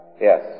Yes